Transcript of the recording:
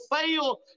fail